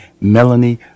Melanie